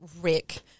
Rick